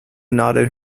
nodded